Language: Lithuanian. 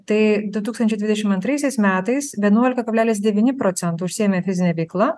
tai du tūkstančiai dvidešimt antrais metais vienuolika kablelis devyni procento užsiėmė fizine veikla